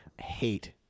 hate